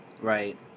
Right